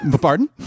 Pardon